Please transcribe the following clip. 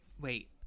Wait